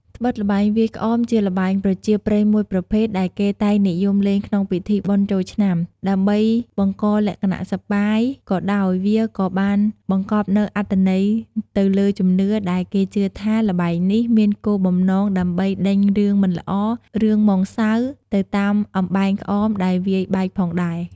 ត្បិតល្បែងវាយក្អម ជាល្បែងប្រជាប្រិយមួយប្រភេទដែលគេតែងនិយមលេងក្នុងពិធីបុណ្យចូលឆ្នាំ ដើម្បីបង្កលក្ខណៈសប្បាយក៏ដោយ វាក៏បានបង្គប់នូវអត្ថន័យទៅលើជំនឿ ដែលគេជឿថា ល្បែងនេះ មានគោលបំណងដើម្បីដេញរឿងមិនល្អ រឿងហ្មងសៅ ទៅតាមអំបែងក្អមដែលវាយបែកផងដែរ។